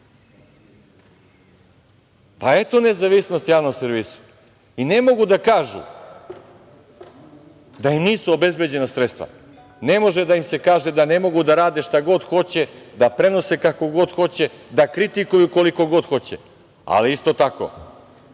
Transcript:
pa eto nezavisnosti javnom servisu. Ne mogu da kažu da im nisu obezbeđena sredstva, ne može da im se kaže da ne mogu da rade šta god hoće, da prenose kako god hoće, da kritikuju koliko god hoće, ali isto tako